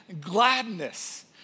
gladness